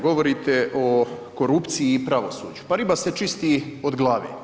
Govorite o korupciji i pravosuđu, pa riba se čisti od glave.